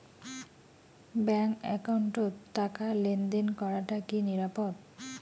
Bank একাউন্টত টাকা লেনদেন করাটা কি নিরাপদ?